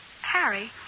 Harry